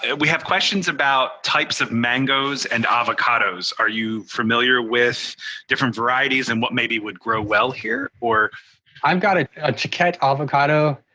and we have questions about types of mangoes and avocados are you familiar with different varieties and what maybe would grow well here? i've got a choquette avocado.